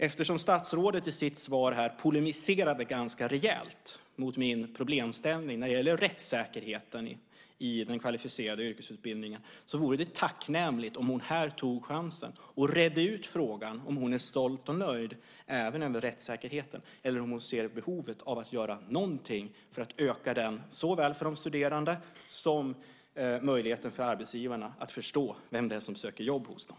Eftersom statsrådet i sitt svar polemiserade ganska rejält mot min problemställning när det gällde rättssäkerheten i den kvalificerade yrkesutbildningen vore det tacknämligt om hon här tog chansen och redde ut frågan om hon är stolt och nöjd även över rättssäkerheten eller om hon ser behovet av att göra någonting för att öka den för de studerande samtidigt som möjligheten ges för arbetsgivarna att förstå vem det är som söker jobb hos dem.